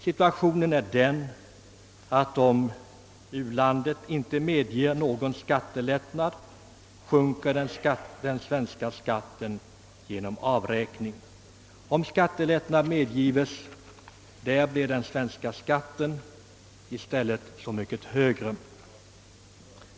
Situationen är den, att om u-landet i fråga inte medger någon skattelättnad, sjunker den svenska skatten genom avräkning. Om skattelättnad medges där blir den svenska skatten i stället så mycket högre.